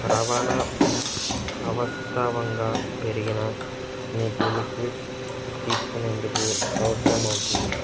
రవాణా అవస్థవంగా పెరిగినా మీకు లిక్విడ్ తీసుకునేందుకు అవసరమౌతుంది